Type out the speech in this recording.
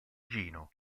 gino